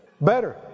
Better